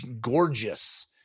gorgeous